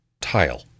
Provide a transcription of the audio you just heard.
tile